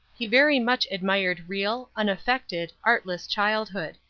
he very much admired real, unaffected, artless childhood.